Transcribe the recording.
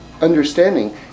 Understanding